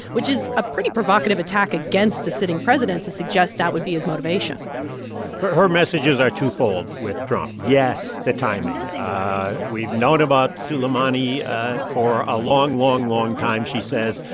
which is a pretty provocative attack against a sitting president to suggest that would be his motivation her her messages are twofold with trump. yes, the timing we've known about soleimani for a long, long, long time, she says.